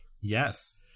yes